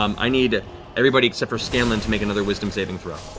um i need everybody except for scanlan to make another wisdom saving throw.